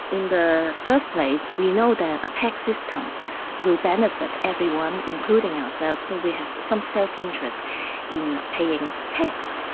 in the first place we know that a tax system will benefit everyone, including ourselves so we have some self-interest in paying tax.